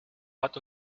hat